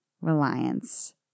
reliance